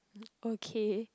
okay